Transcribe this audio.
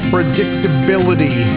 Predictability